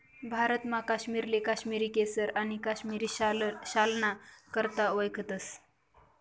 भारतमा काश्मीरले काश्मिरी केसर आणि काश्मिरी शालना करता वयखतस